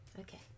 Okay